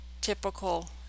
typical